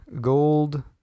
gold